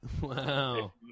Wow